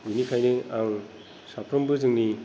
बेनिखायनो आं साफ्रोमबो जोंनि